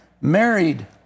married